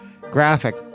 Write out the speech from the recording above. graphic